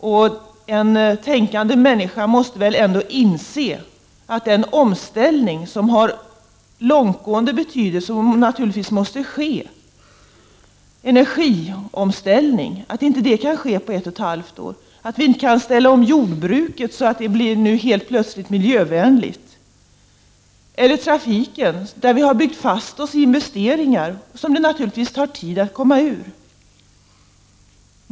Varje tänkande människa måste väl inse att en omställning som har så långtgående betydelse — och som naturligtvis måste ske — inte kan ske på ett och ett halvt år. Inte kan vi ställa om energisystemet så snabbt. Och inte kan vi ställa om jordbruket så att det helt plötsligt blir miljövänligt — eller trafiken, där vi har byggt fast oss i investeringar som det måste ta tid att komma ur.